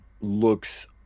looks